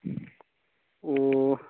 ꯑꯣ